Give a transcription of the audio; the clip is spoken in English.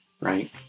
right